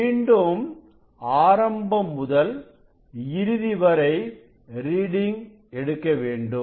மீண்டும் ஆரம்பம் முதல் இறுதிவரை ரீடிங் எடுக்க வேண்டும்